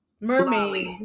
mermaid